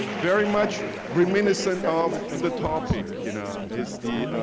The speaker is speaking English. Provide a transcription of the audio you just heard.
very much reminiscent of the topic, you know, is the